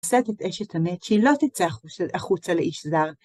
עושה את את אשת המת, שהיא לא תצאה החוצה לאיש זר.